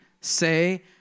say